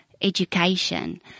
education